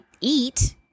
eat